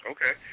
Okay